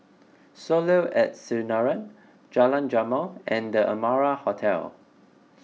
Soleil at Sinaran Jalan Jamal and the Amara Hotel